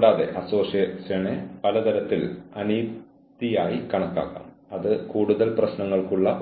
കൂടാതെ നിങ്ങളുടെ അച്ചടക്ക നടപടികളുടെ രേഖകൾ നിങ്ങൾ